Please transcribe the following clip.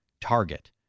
target